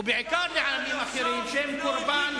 ובעיקר לעמים אחרים שהם קורבן,